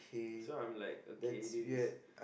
so I'm like okay this is